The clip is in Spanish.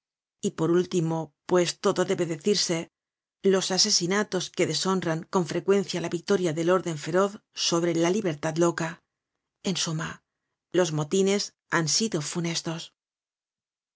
y por último pues todo debe decirse los asesinatos que deshonran con frecuencia la victoria del órden feroz sobre la liberlad loca en suma los motines han sido funestos